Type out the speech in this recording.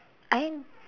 I en~